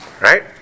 Right